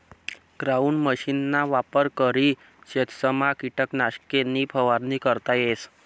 ground मशीनना वापर करी शेतसमा किटकनाशके नी फवारणी करता येस